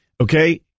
Okay